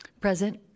Present